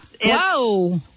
Whoa